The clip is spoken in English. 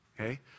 okay